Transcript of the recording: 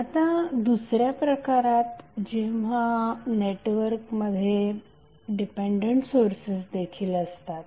आता दुसऱ्या प्रकारात जेव्हा नेटवर्कमध्ये डिपेंडंट सोर्सेस देखील असतात